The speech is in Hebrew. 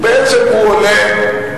בעצם הוא עולה,